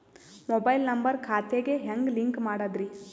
Mobile number ಖಾತೆ ಗೆ ಹೆಂಗ್ ಲಿಂಕ್ ಮಾಡದ್ರಿ?